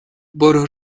برو